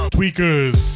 Tweakers